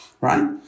right